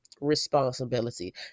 responsibility